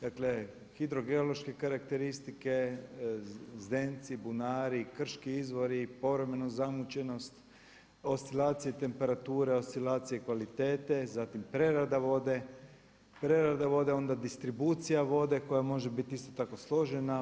Dakle, hidro geološke karakteristike, zdenci, bunari, krški izvori, povremena zamućenost, oscilacije temperature, oscilacije kvalitete, zatim prerada vode, onda distribucija vode koja može biti isto tako složena.